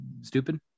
Stupid